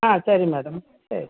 சரி மேடம் சரி